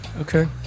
Okay